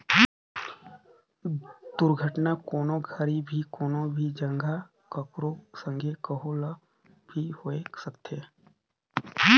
दुरघटना, कोनो घरी भी, कोनो भी जघा, ककरो संघे, कहो ल भी होए सकथे